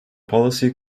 policy